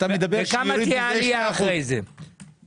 אתה מדבר על זה שיורידו ל-2%.